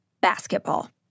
basketball